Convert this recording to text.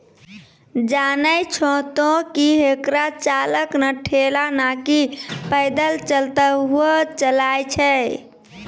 जानै छो तोहं कि हेकरा चालक नॅ ठेला नाकी पैदल चलतॅ हुअ चलाय छै